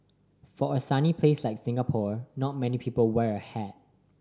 for a sunny place like Singapore not many people wear a hat